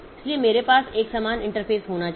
इसलिए मेरे पास एक समान इंटरफ़ेस होना चाहिए